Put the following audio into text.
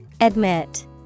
admit